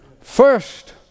First